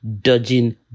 dodging